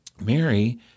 Mary